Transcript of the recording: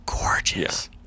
gorgeous